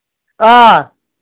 آ